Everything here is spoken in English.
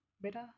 better